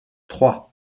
trois